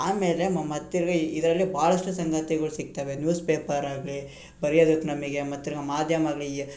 ಆಮೇಲೆ ಮ ಮತ್ತು ತಿರ್ಗಿ ಇದರಲ್ಲಿ ಭಾಳಷ್ಟು ಸಂಗತಿಗಳು ಸಿಗ್ತವೆ ನ್ಯೂಸ್ ಪೇಪರಾಗಲಿ ಬರೆಯೋದಕ್ಕೆ ನಮಗೆ ಮತ್ತು ತಿರ್ಗಿ ಮಾಧ್ಯಮಾಗಲಿ ಈ